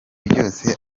byose